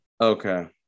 Okay